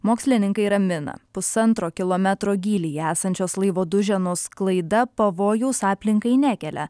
mokslininkai ramina pusantro kilometro gylyje esančios laivo duženos sklaida pavojaus aplinkai nekelia